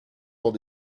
dans